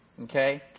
Okay